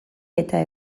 eta